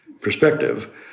perspective